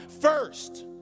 first